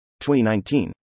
2019